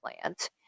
plant